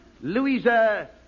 Louisa